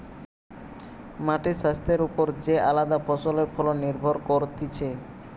মাটির স্বাস্থ্যের ওপর যে আলদা ফসলের ফলন নির্ভর করতিছে